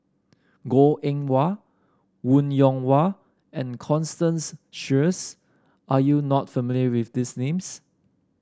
Goh Eng Wah Wong Yoon Wah and Constance Sheares are you not familiar with these names